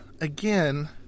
again